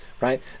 right